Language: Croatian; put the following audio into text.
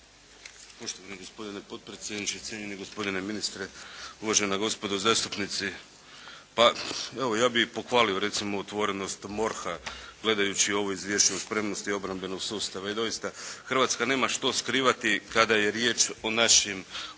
Poštovani gospodine potpredsjedniče, cijenjeni gospodine ministre, uvažena gospodo zastupnici. Pa evo ja bih pohvalio recimo otvorenost MORH-a gledajući ovo izvješće o spremnosti obrambenog sustava. I doista, Hrvatska nema što skrivati kada je riječ o našim Oružanim